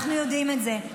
אנחנו יודעים את זה.